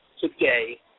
today